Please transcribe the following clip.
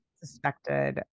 suspected